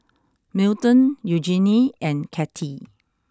Milton Eugenie and Kattie